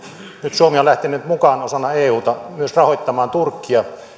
nyt suomi on lähtenyt mukaan osana euta myös rahoittamaan turkkia